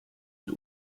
und